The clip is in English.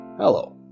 Hello